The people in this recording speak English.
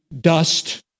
dust